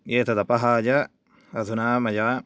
एतदपहाय अधुना मया